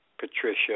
patricia